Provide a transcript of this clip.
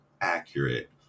accurate